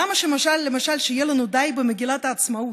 למה, למשל, שיהיה לנו די במגילת העצמאות,